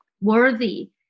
worthy